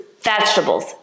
vegetables